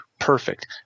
perfect